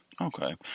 Okay